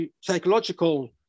psychological